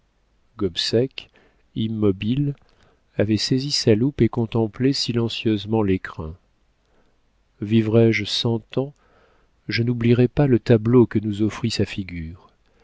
baisses gobseck immobile avait saisi sa loupe et contemplait silencieusement l'écrin vivrais-je cent ans je n'oublierais pas le tableau que nous offrit sa figure